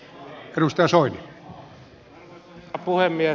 arvoisa herra puhemies